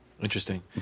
Interesting